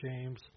James